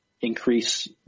increase